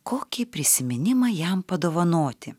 kokį prisiminimą jam padovanoti